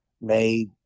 Made